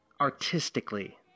artistically